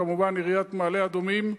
כמובן עיריית מעלה-אדומים,